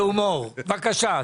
בבקשה.